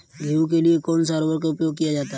गेहूँ के लिए कौनसा उर्वरक प्रयोग किया जाता है?